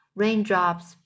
raindrops